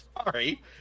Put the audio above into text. Sorry